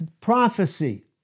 prophecy